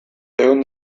ehun